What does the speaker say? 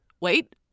wait